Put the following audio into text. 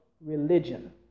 religion